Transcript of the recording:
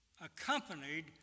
accompanied